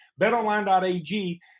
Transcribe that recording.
Betonline.ag